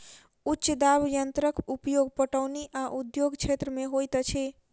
उच्च दाब यंत्रक उपयोग पटौनी आ उद्योग क्षेत्र में होइत अछि